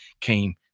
came